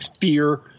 fear